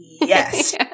yes